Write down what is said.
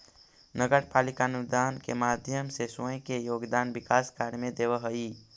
नगर पालिका अनुदान के माध्यम से स्वयं के योगदान विकास कार्य में देवऽ हई